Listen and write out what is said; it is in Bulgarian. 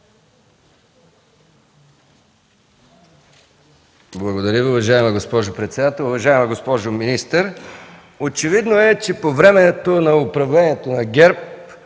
Благодаря Ви, уважаема госпожо председател. Уважаема госпожо министър, очевидно е, че по време на управлението на ГЕРБ